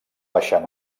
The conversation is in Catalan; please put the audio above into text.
baixar